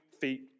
feet